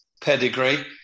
pedigree